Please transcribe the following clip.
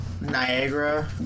Niagara